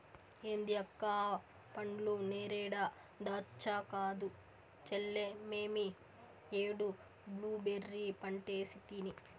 ఏంది అక్క ఆ పండ్లు నేరేడా దాచ్చా కాదు చెల్లే మేమీ ఏడు బ్లూబెర్రీ పంటేసితిని